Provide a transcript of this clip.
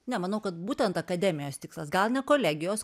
ne manau kad būtent akademijos tikslas gal ne kolegijos